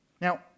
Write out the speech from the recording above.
Now